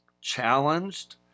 challenged